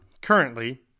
currently